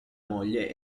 moglie